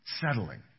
settling